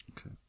Okay